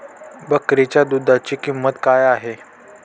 बकरीच्या दूधाची किंमत काय आहे?